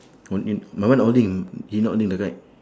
holding my one holding he not holding the kite